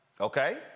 Okay